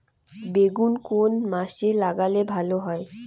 বেগুন কোন মাসে লাগালে ভালো হয়?